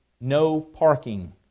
no-parking